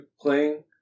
playing